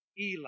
Eli